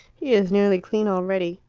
he is nearly clean already.